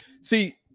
see